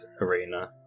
Arena